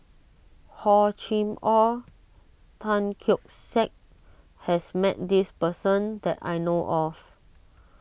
Hor Chim or Tan Keong Saik has met this person that I know of